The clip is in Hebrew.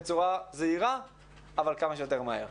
בצורה זהירה אבל כמה שיותר מהר.